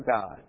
God